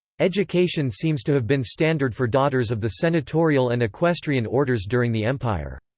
education seems to have been standard for daughters of the senatorial and equestrian orders during the empire.